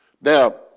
Now